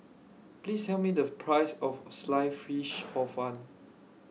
Please Tell Me The Price of Sliced Fish Hor Fun